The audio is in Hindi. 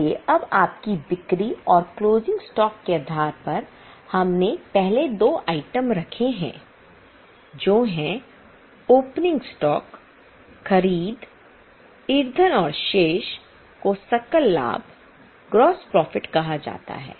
इसलिए अब आपकी बिक्री और क्लोजिंग स्टॉक के आधार पर हमने पहले दो आइटम रखे हैं जो है ओपनिंग स्टॉक खरीदईंधन और शेष को सकल लाभ है